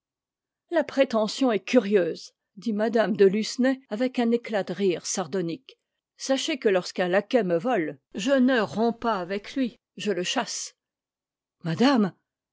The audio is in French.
la prétention est curieuse dit mme de lucenay avec un éclat de rire sardonique sachez que lorsqu'un laquais me vole je ne romps pas avec lui je le chasse madame